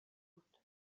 بود